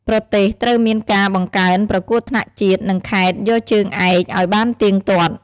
ប្រទេសត្រូវមានការបង្កើនប្រកួតថ្នាក់ជាតិ និងខេត្ត យកជើងឯក ឲ្យបានទៀងទាត់។